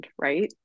right